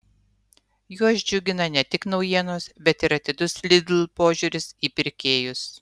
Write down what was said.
juos džiugina ne tik naujienos bet ir atidus lidl požiūris į pirkėjus